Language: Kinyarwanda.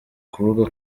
kuvuga